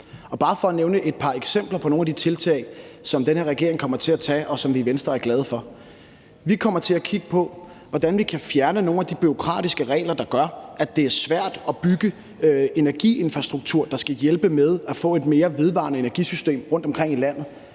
Bare for at nævne et par eksempler på nogle af de tiltag, som den her regering kommer til at tage, og som vi i Venstre er glade for, så kommer vi til at kigge på, hvordan vi kan fjerne nogle af de bureaukratiske regler, der gør, at det er svært at bygge energiinfrastruktur, der skal hjælpe med at få et mere vedvarende energisystem rundtomkring i landet